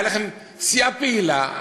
הייתה לכם סיעה פעילה,